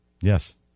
yes